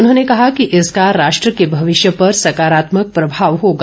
उन्होंने कहा कि इसका राष्ट्र के भविष्य पर सकारात्मक प्रभाव होगा